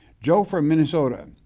joe from minnesota,